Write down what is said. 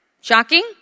Shocking